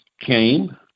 came